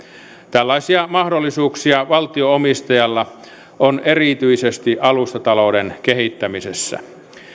tällaisia mahdollisuuksia valtio omistajalla on erityisesti alustatalouden kehittämisessä